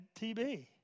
TB